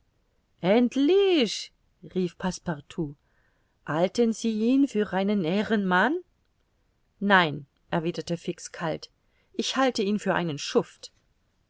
rief passepartout halten sie ihn für einen ehrenmann nein erwiderte fix kalt ich halte ihn für einen schuft